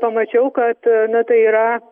pamačiau kad na tai yra